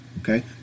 okay